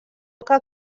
poca